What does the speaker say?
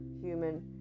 human